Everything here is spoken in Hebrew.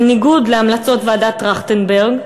בניגוד להמלצות ועדת טרכטנברג,